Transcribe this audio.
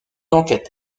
enquête